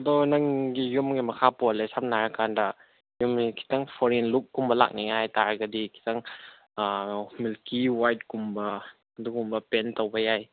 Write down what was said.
ꯑꯗꯣ ꯅꯪꯒꯤ ꯌꯨꯝꯒꯤ ꯃꯈꯥ ꯄꯣꯜꯂꯦ ꯁꯝꯅ ꯍꯥꯏꯔꯀꯥꯟꯗ ꯌꯨꯝꯁꯤ ꯈꯤꯇꯪ ꯐꯣꯔꯦꯟ ꯂꯨꯛ ꯀꯨꯝꯕ ꯂꯥꯛꯅꯤꯡꯉꯥꯏ ꯍꯥꯏꯇꯥꯔꯒꯗꯤ ꯈꯤꯇꯪ ꯃꯤꯜꯀꯤ ꯋꯥꯏꯠꯀꯨꯝꯕ ꯑꯗꯨꯒꯨꯝꯕ ꯄꯦꯟꯠ ꯇꯧꯕ ꯌꯥꯏ